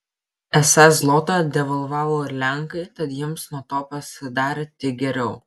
esą zlotą devalvavo ir lenkai tad jiems nuo to pasidarė tik geriau